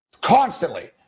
Constantly